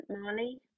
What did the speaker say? Marley